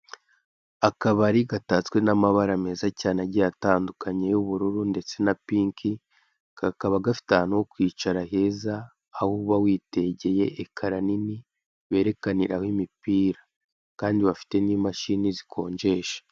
Akabari gatatswe n'amabara meza cyane agiye atandukanye y'ubururu ndetse na pinki. Kakaba gafite ahantu ho kwicara heza aho uba witegeye ekera nini barekaniraho imipira. Kandi bafite n'imashini zikonjesha.